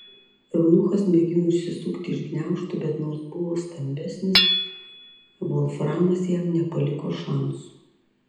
eunuchas mėgino išsisukti iš gniaužtų bet nors buvo stambesnis volframas jam nepaliko šansų